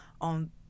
on